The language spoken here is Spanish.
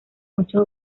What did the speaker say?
muchos